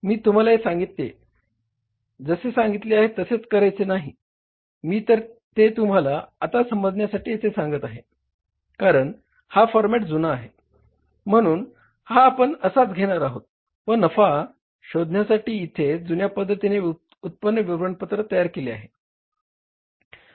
मी तुम्हाला हे सांगितले जसे सांगितले आहे तसे करायचे नाही मी तर ते तुम्हाला आता समजण्यासाठी असे सांगितले आहे कारण हा फॉर्मेट जुना आहे म्हणून हा आपण असाच घेणार आहोत व नफा शोधण्यासाठी इथे जुन्या पद्धतीने उत्पन्न विवरणपत्र तयार केले आहे